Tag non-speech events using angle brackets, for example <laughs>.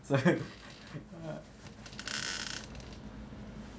so <laughs> uh